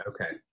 okay